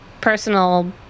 personal